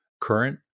current